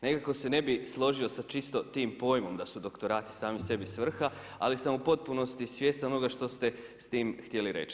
Nekako se ne bih složio sa čisto tim pojmom da su doktorati sami sebi svrha, ali sam u potpunosti svjestan onoga što ste s tim htjeli reći.